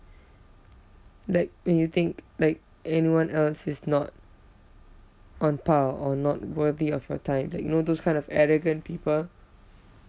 like when you think like anyone else is not on par or not worthy of your time like you know those kind of arrogant people